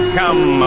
come